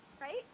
Right